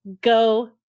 go